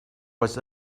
was